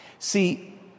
See